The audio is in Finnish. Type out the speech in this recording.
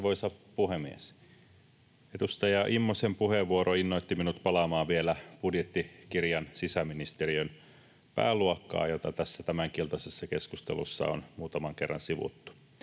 Arvoisa puhemies! Edustaja Immosen puheenvuoro innoitti minut palaamaan vielä budjettikirjan sisäministeriön pääluokkaan, jota tässä tämänkin iltaisessa keskustelussa on muutaman kerran sivuttu.